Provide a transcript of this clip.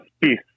peace